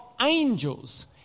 angels